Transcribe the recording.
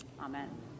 Amen